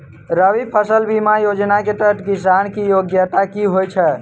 रबी फसल बीमा योजना केँ तहत किसान की योग्यता की होइ छै?